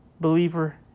Believer